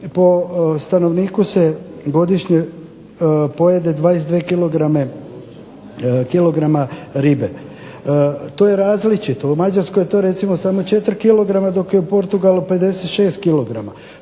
po stanovniku se godišnje pojede 22 kg ribe. To je različito. U Mađarskoj je to recimo samo 4 kg dok je u Portugalu 56 kg.